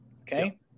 okay